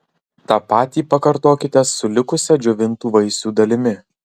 tą patį pakartokite su likusia džiovintų vaisių dalimi